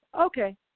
okay